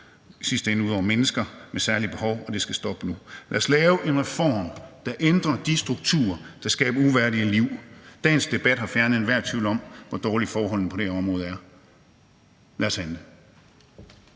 sidste ende ud over mennesker med særlige behov, og det skal stoppe nu. Lad os lave en reform, der ændrer de strukturer, der skaber uværdige liv. Dagens debat har fjernet enhver tvivl om, hvor dårlige forholdene på det her område er. Lad os handle.